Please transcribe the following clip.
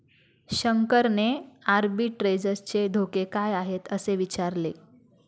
शंकरने आर्बिट्रेजचे धोके काय आहेत, असे विचारले